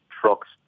trucks